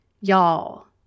Y'all